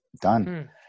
done